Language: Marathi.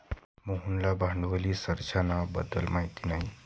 मोहनला भांडवली संरचना बद्दल माहिती नाही